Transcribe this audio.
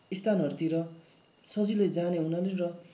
स्थानहरूतिर सजिलै जाने हुनाले र